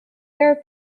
air